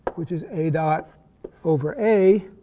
which is a dot over a,